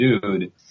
dude